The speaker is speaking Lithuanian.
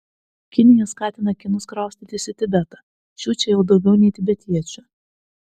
kinija skatina kinus kraustytis į tibetą šių čia jau daugiau nei tibetiečių